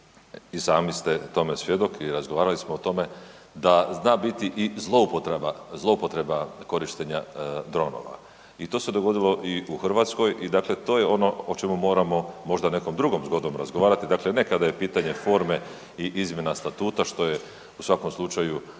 i sami ste tome svjedok i razgovarali smo o tome, da zna biti i zloupotreba, zloupotreba korištenja dronova. I to se dogodilo i u Hrvatskoj i dakle, to je ono o čemu moramo možda nekom drugom zgodom razgovarati, dakle ne kada je pitanje forme i izmjena statuta, što je u svakom slučaju